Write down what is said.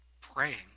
praying